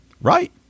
Right